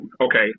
okay